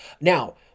Now